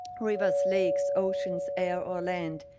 rivers, lakes, oceans air or land.